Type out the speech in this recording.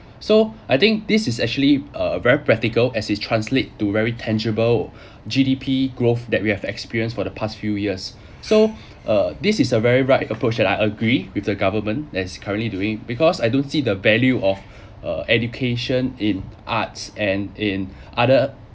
so I think this is actually a very practical as it translate to very tangible G_D_P growth that we have experienced for the past few years so uh this is a very right approach that I agree with the government that is currently doing because I don't see the value of uh education in arts and in other